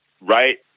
right